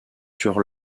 sur